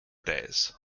days